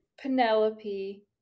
Penelope